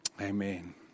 Amen